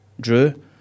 Drew